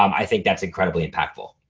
um i think that's incredibly impactful.